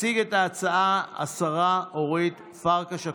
תציג את ההצעה השרה אורית פרקש הכהן,